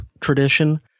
tradition